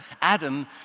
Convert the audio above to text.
Adam